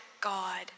God